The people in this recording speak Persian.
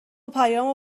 پیامو